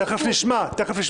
תכף נשמע.